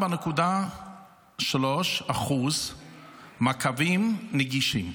4.3% מהקווים נגישים,